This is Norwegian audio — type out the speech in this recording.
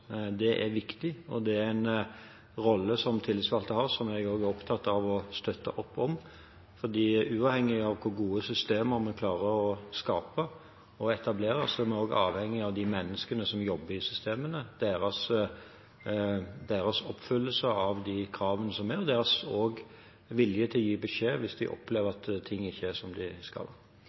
Det er viktig, og det er en rolle som tillitsvalgte har, som jeg også er opptatt av å støtte opp om, for uavhengig av hvor gode systemer vi klarer å skape og etablere, er vi også avhengig av de menneskene som jobber i systemene og deres oppfyllelse av de kravene som er, og deres vilje til å gi beskjed hvis de opplever at ting ikke er som de skal.